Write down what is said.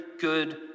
good